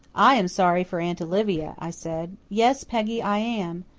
i am sorry for aunt olivia, i said. yes, peggy, i am.